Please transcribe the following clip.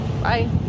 Bye